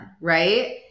Right